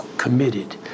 Committed